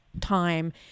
time